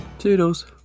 Toodles